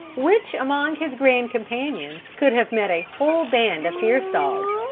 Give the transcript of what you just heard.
which among his grand companions could have met a whole band of fierce dogs,